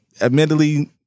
admittedly